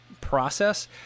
process